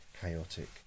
chaotic